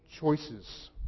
choices